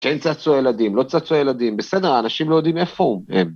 כן צצו ילדים, לא צצו ילדים, בסדר, האנשים לא יודעים איפה הם.